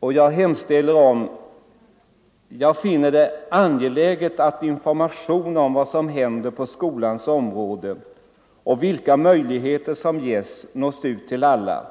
—=-=-” ”Jag finner det angeläget att informationen om vad som händer på skolans område, och vilka möjligheter som ges, når ut till alla.